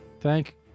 Thank